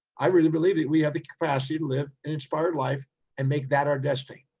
i really believe that we have the capacity to live an inspired life and make that our destiny.